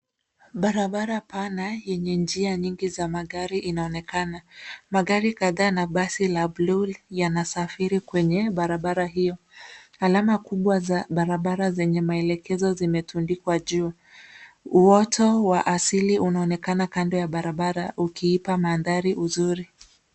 Barabara pana yenye njia nyingi za magari inaonekana. Magari kadhaa na basi la buluu yanasafiri kwenye barabara hiyo. Alama kubwa za barabara zenye maelekezo zimetundikwa juu. Uoto wa asili unaonekana kando ya barabara ukiipa mandhari uzuri.